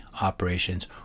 operations